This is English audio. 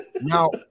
Now